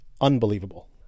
unbelievable